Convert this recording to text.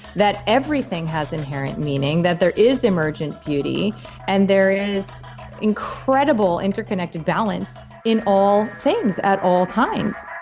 that everything has inherent meaning, that there is emergent beauty and there is incredible interconnected balance in all things at all times